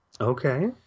Okay